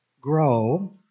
grow